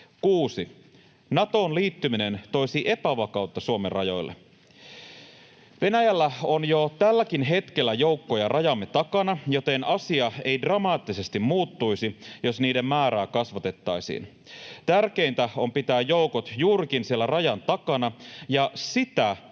6) Natoon liittyminen toisi epävakautta Suomen rajoille. — Venäjällä on jo tälläkin hetkellä joukkoja rajamme takana, joten asia ei dramaattisesti muuttuisi, jos niiden määrää kasvatettaisiin. Tärkeintä on pitää joukot juurikin siellä rajan takana, ja sitä